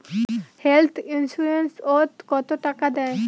Health insurance ওত কত টাকা দেয়?